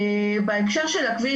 בהקשר של הכביש,